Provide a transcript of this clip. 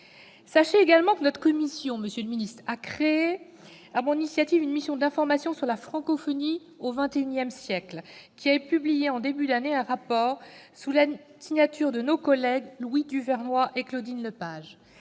d'État, que notre commission a créé, sur mon initiative, une mission d'information sur la francophonie au XXI siècle, qui a publié en début d'année un rapport sous la signature de nos collègues Louis Duvernois et Claudine Lepage.